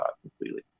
completely